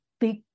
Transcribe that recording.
big